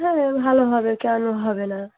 হ্যাঁ হ্যাঁ ভালো হবে কেন হবে না